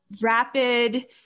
rapid